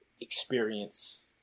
experience